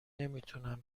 نمیتونم